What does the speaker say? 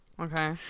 okay